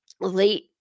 late